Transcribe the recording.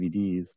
DVDs